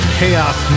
chaos